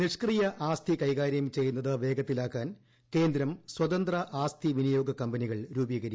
നിഷ്ക്രിയ ആസ്തി കൈകാരൃം ചെയ്യുന്നത് വേഗത്തിലാക്കാൻ കേന്ദ്രം സ്വതന്ത്ര ആസ്തി വിനിയോഗ കമ്പനികൾ രൂപീകരിക്കൂം